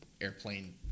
airplane